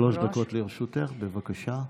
שלוש דקות לרשותך, בבקשה.